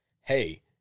hey